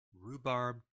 rhubarb